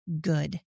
good